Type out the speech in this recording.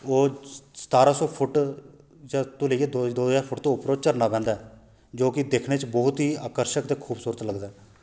ओह् सतारां सौ फुट तू लेइयै जां दो हजार फुट उप्परा झरना पैंदा ऐ जो कि दिक्खने च बहूत ही आकर्शक ते खूबसूरत लगदा ऐ